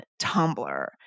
Tumblr